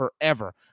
forever